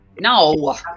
No